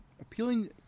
appealing